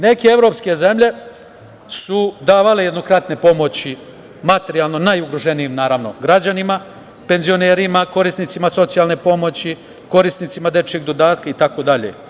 Neke evropske zemlje su davale jednokratne pomoći materijalno najugroženijim građanima, penzionerima, korisnicima socijalne pomoći, korisnicima dečijeg dodatka itd.